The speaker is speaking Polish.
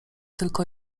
tylko